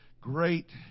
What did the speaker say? Great